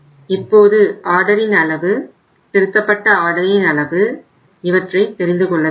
இப்போது ஆர்டரின் அளவு திருத்தப்பட்ட ஆர்டரின் அளவு இவற்றை தெரிந்து கொள்ள வேண்டும்